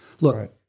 Look